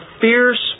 fierce